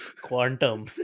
Quantum